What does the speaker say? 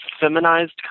feminized